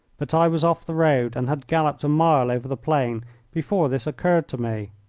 but i was off the road and had galloped a mile over the plain before this occurred to me.